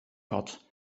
pot